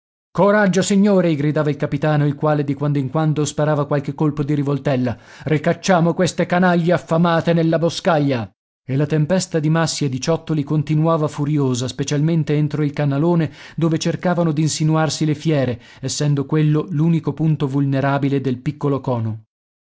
coraggio signori gridava il capitano il quale di quando in quando sparava qualche colpo di rivoltella ricacciamo queste canaglie affamate nella boscaglia e la tempesta di massi e di ciottoli continuava furiosa specialmente entro il canalone dove cercavano d'insinuarsi le fiere essendo quello l'unico punto vulnerabile del piccolo cono